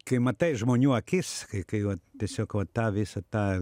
kai matai žmonių akis kai vat tiesiog vat tą visą tą